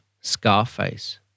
Scarface